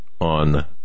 on